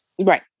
Right